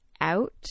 out